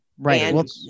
Right